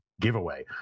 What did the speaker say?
giveaway